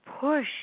push